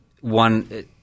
one